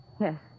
Yes